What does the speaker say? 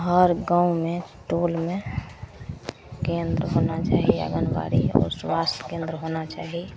हर गाममे टोलमे केन्द्र होना चाही आँगनबाड़ी आओर स्वास्थ्य केन्द्र होना चाही